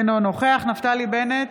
אינו נוכח נפתלי בנט,